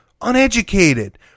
Uneducated